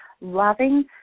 loving